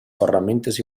ferramentes